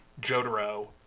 Jotaro